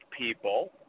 people